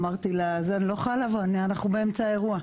אמרתי אני לא יכולה לבוא, אנחנו באמצע אירוע.